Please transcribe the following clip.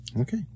Okay